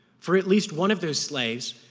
for at least one of those slaves,